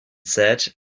said